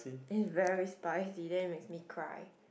it's very spicy then it makes me cry